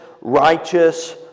righteous